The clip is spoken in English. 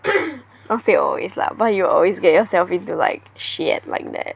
not say always lah but you will always get yourself into like shit like that